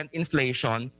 inflation